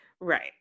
Right